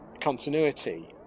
continuity